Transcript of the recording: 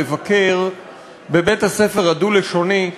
לבקר בבית הספר הדו-לשוני,